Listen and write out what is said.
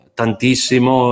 tantissimo